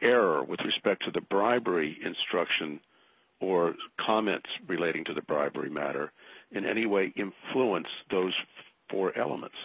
error with respect to the bribery instruction or comments relating to the bribery matter in any way in fluence those four elements